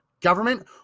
government